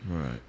Right